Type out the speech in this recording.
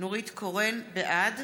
בעד